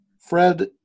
Fred